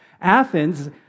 Athens